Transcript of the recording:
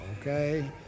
okay